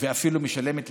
ואפילו משלמת.